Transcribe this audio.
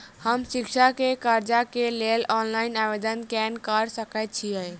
हम शिक्षा केँ कर्जा केँ लेल ऑनलाइन आवेदन केना करऽ सकल छीयै?